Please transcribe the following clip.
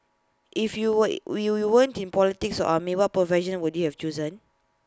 if you were you weren't in politics or army what profession would you have chosen